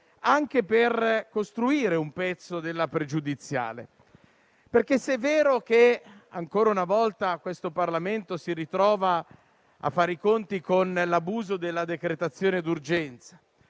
anche per costruire un pezzo della questione pregiudiziale. Se infatti è vero che, ancora una volta, questo Parlamento si ritrova a fare i conti con l'abuso della decretazione d'urgenza;